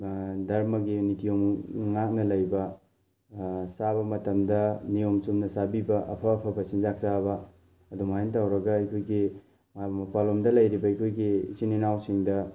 ꯗꯔꯃꯒꯤ ꯅꯤꯇꯤ ꯅꯤꯌꯣꯝ ꯉꯥꯛꯅ ꯂꯩꯕ ꯆꯥꯕ ꯃꯇꯝꯗ ꯅꯤꯌꯣꯝ ꯆꯨꯝꯅ ꯆꯥꯕꯤꯕ ꯑꯐ ꯑꯐꯕ ꯆꯤꯟꯖꯥꯛ ꯆꯥꯕ ꯑꯗꯨꯝꯃꯥꯏꯅ ꯇꯧꯔꯒ ꯑꯩꯈꯣꯏꯒꯤ ꯃꯄꯥꯜꯂꯣꯝꯗ ꯂꯩꯔꯤꯕ ꯑꯩꯈꯣꯏꯒꯤ ꯏꯆꯤꯟ ꯏꯅꯥꯎꯁꯤꯡꯗ